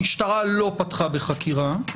המשטרה לא פתחה בחקירה,